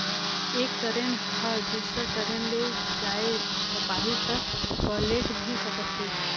एक टरेन ह दुसर टरेन ले जाये झपाही त पलेट भी सकत हे